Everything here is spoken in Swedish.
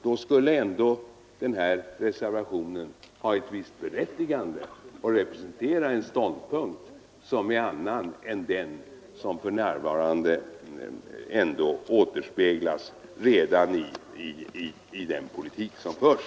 Då skulle ändå den här reservationen ha ett visst berättigande och representera en annan ståndpunkt än den som för närvarande ändå återspeglas i den politik som förs.